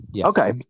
Okay